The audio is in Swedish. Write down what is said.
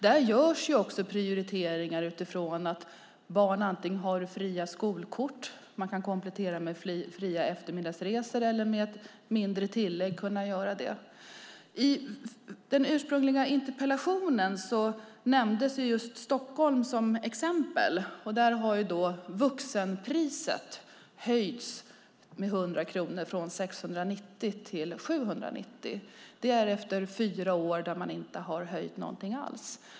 Där görs också prioriteringar som att ge barn fria skolkort som utan kostnad eller mot ett smärre tillägg kan kompletteras med eftermiddagsresor. I interpellationen nämndes Stockholm som exempel. Där har vuxenpriset höjts med 100 kronor från 690 till 790 kronor. Det gjordes efter fyra år utan höjningar.